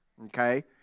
Okay